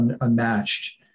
unmatched